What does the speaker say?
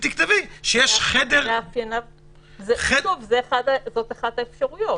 פשוט תכתבי שאם יש חדר --- זאת אחת האפשרויות.